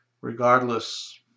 regardless